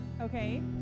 okay